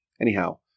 Anyhow